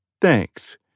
Thanks